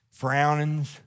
Frownings